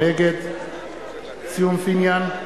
נגד ציון פיניאן,